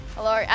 Hello